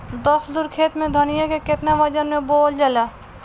दस धुर खेत में धनिया के केतना वजन मे बोवल जाला?